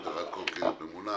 הגדרת קורקינט ממונע,